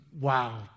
Wow